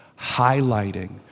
highlighting